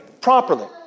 properly